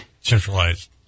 centralized